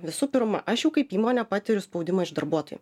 visų pirma aš jau kaip įmonė patiriu spaudimą iš darbuotojų